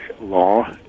law